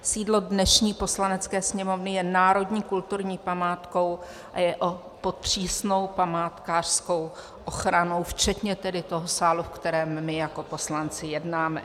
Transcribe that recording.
Sídlo dnešní Poslanecké sněmovny je národní kulturní památkou a je pod přísnou památkářskou ochranou včetně tedy toho sálu, ve kterém my jako poslanci jednáme.